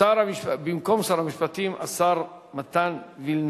22 בעד, אין מתנגדים, רבותי, ואין